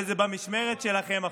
וזה במשמרת שלכם עכשיו.